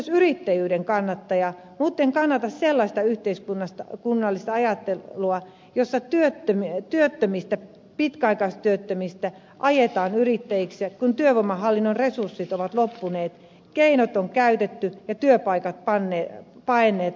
olen myös yrittäjyyden kannattaja mutten kannata sellaista yhteiskunnallista ajattelua jossa työttömistä pitkäaikaistyöttömistä ajetaan yrittäjiksi kun työvoimahallinnon resurssit ovat loppuneet keinot on käytetty ja työpaikat paenneet alueelta